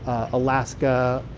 ah alaska,